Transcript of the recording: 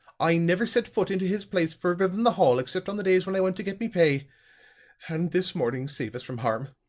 i never set foot into his place further than the hall except on the days when i went to get me pay and this morning, save us from harm!